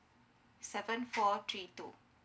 seven four three two